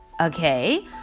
Okay